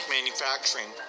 Manufacturing